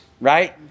right